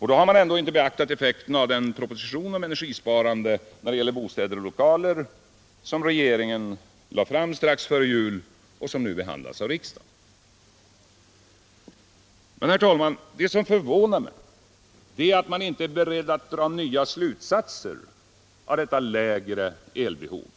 Då har man ändå inte beaktat effekterna av den proposition om energisparande när det gäller bostäder och lokaler som regeringen lade fram strax före jul och som nu behandlas av riksdagen. Men, herr talman, det som förvånar mig är att man inte är beredd att dra nya slutsatser av detta lägre elbehov.